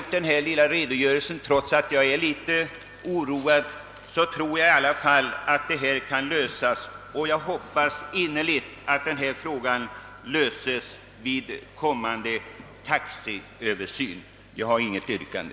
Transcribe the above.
Trots att jag är litet oroad tror jag att denna fråga skall kunna lösas, och jag hoppas att så blir fallet vid kommande taxeöversyn. Jag har inget yrkande.